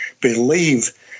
believe